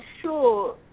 sure